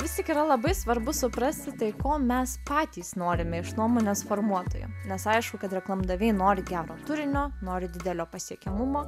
vis tik yra labai svarbu suprasti tai ko mes patys norime iš nuomonės formuotojų nes aišku kad reklamdaviai nori gero turinio nori didelio pasiekiamumo